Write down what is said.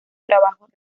trabajos